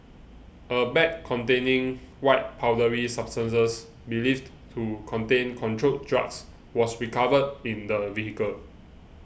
a bag containing white powdery substances believed to contain controlled drugs was recovered in the vehicle